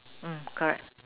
mm correct